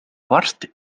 barst